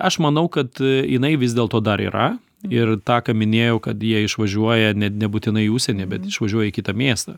aš manau kad jinai vis dėlto dar yra ir tą ką minėjau kad jie išvažiuoja net nebūtinai į užsienį bet išvažiuoja į kitą miestą